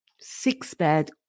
six-bed